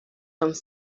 and